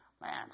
Man